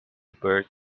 birth